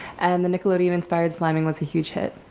and the nickelodeon inspired slamming was a huge hit.